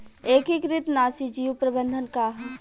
एकीकृत नाशी जीव प्रबंधन का ह?